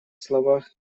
словах